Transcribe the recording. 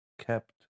kept